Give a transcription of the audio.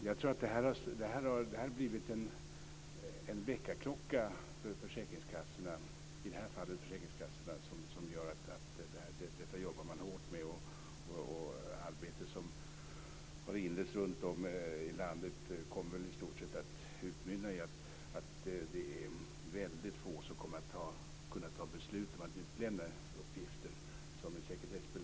Jag tror att detta har blivit en väckarklocka för försäkringskassorna, i det här fallet, som gjort att man jobbar hårt med det här. Det arbete som har inletts runtom i landet kommer väl i stort sett att utmynna i att väldigt få kommer att kunna ta beslut om att utlämna sekretessbelagda uppgifter.